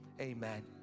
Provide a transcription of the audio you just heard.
Amen